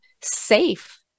safe